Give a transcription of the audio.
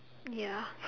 ya